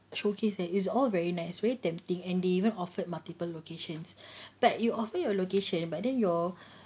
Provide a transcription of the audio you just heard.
showcase and is all very nice very tempting and they even offered multiple locations but you offer your location but then your